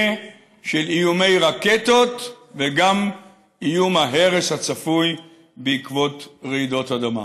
של איומי רקטות וגם איום ההרס הצפוי בעקבות רעידות אדמה.